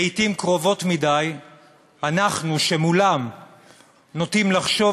לעתים קרובות מדי אנחנו שמולם נוטים לחשוב